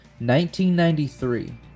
1993